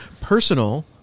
personal